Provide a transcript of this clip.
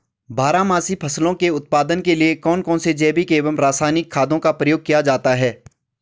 बारहमासी फसलों के उत्पादन के लिए कौन कौन से जैविक एवं रासायनिक खादों का प्रयोग किया जाता है?